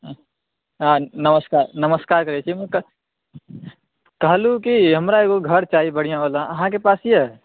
हॅं नमस्कार करै छी अहाँकेॅं कहलहुॅं की हमरा एगो घर चाही बढ़िऑं बला अहाँ के पास एगो घर यऽ